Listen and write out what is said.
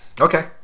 Okay